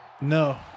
No